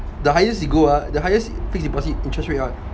the highest you go ah the highest fixed deposit interest rate right